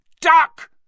Duck